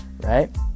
right